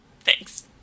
Thanks